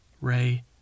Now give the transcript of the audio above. Ray